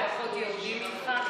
אתם לוקחים את הפעילות לתוך,